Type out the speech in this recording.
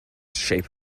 shape